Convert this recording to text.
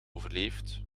overleefd